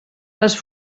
les